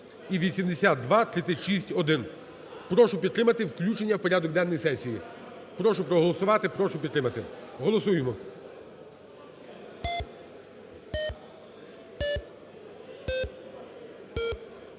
і 8236-1). Прошу підтримати включення в порядок денний сесії. прошу проголосувати, прошу підтримати. Голосуємо.